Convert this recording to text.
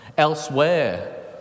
Elsewhere